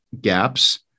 gaps